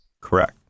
Correct